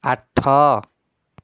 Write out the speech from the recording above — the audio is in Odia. ଆଠ